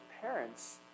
parents